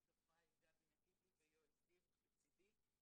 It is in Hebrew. שותפה עם גבי מקיבלי ויואל זיו לצידי.